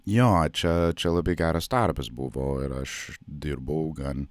jo čia čia labai geras darbas buvo ir aš dirbau gan